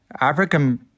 African